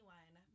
one